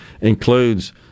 includes